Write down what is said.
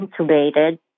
intubated